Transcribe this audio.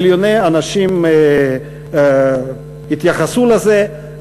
מיליוני אנשים התייחסו לזה,